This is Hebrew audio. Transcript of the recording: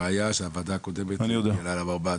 הראיה שהוועדה הקודמת הייתה על המרב"ד